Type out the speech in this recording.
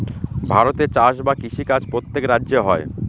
ভারতে চাষ বা কৃষি কাজ প্রত্যেক রাজ্যে হয়